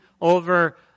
over